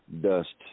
dust